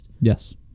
yes